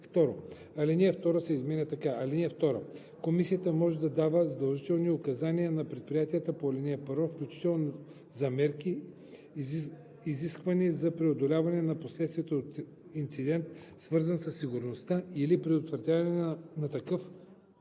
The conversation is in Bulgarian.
Алинея 2 се изменя така: „(2) Комисията може да дава задължителни указания на предприятията по ал. 1, включително за мерки, изисквани за преодоляване на последствията от инцидент, свързан със сигурността, или за предотвратяване на такъв при